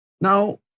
Now